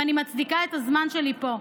אם אני מצדיקה את הזמן שלי פה.